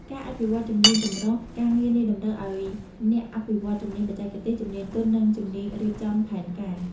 ការអភិវឌ្ឍជំនាញចម្រុះការងារនេះតម្រូវឱ្យមានអ្នកអភិវឌ្ឍជំនាញបច្ចេកទេស ជំនាញទន់ និងជំនាញរៀបចំផែនការ។